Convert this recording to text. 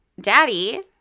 Daddy